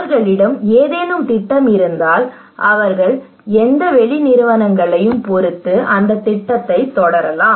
அவர்களிடம் ஏதேனும் திட்டம் இருந்தால் அவர்கள் எந்த வெளி நிறுவனங்களையும் பொறுத்து அந்தத் திட்டத்தைத் தொடரலாம்